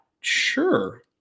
sure